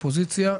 אופוזיציה,